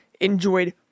enjoyed